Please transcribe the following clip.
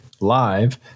live